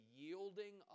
yielding